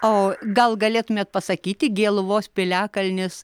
o gal galėtumėt pasakyti gėluvos piliakalnis